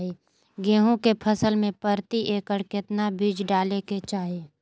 गेहूं के फसल में प्रति एकड़ कितना बीज डाले के चाहि?